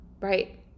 right